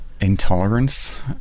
intolerance